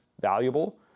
valuable